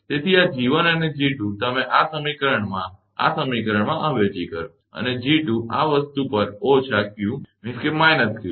તેથી આ G1 અને G2 તમે આ સમીકરણમાં આ સમીકરણમાં અવેજી કરો અને G2 આ વસ્તુ પર ઓછા q−q છે